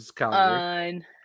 On